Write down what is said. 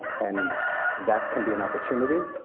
and that can be an opportunity,